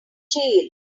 jail